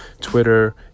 Twitter